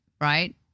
right